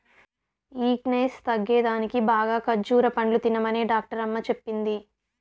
weakness తగ్గేదానికి బాగా ఖజ్జూర పండ్లు తినమనే డాక్టరమ్మ చెప్పింది